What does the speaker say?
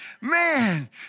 Man